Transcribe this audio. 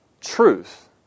truth